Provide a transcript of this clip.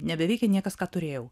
nebeveikia niekas ką turėjau